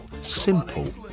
simple